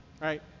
right